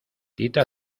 tita